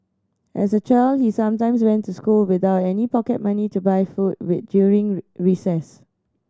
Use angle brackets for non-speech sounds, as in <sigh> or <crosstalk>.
as a child he sometimes went to school without any pocket money to buy food with during <unintelligible> recess